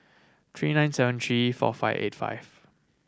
three nine seven three four five eight five